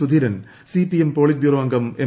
Sudheeran CPM politburo അംഗം M